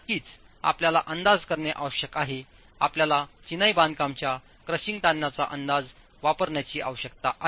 नक्कीच आपल्याला अंदाज करणे आवश्यक आहेआपल्याला चिनाई बांधकाम च्या क्रशिंग ताणण्याचा अंदाज वापरण्याची आवश्यकता आहे